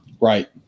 Right